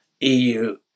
EU